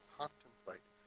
contemplate